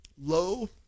low